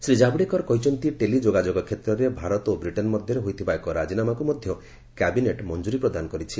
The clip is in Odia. ଶ୍ରୀ ଜାଭଡେକର କହିଛନ୍ତି ଟେଲି ଯୋଗାଯୋଗ କ୍ଷେତ୍ରରେ ଭାରତ ଓ ବ୍ରିଟେନ୍ ମଧ୍ୟରେ ହୋଇଥିବା ଏକ ରାଜିନାମାକୁ ମଧ୍ୟ କ୍ୟାବିନେଟ୍ ମଞ୍ଜୁରୀ ପ୍ରଦାନ କରିଛି